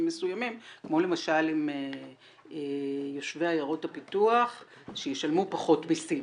מסוימים כמו למשל עם יושבי עיירות הפיתוח שישלמו פחות מיסים.